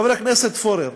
חבר הכנסת פורר,